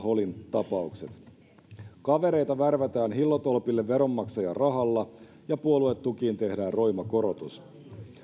holin tapaukset kavereita värvätään hillotolpille veronmaksajan rahalla ja puoluetukiin tehdään roima korotus